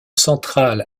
central